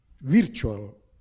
virtual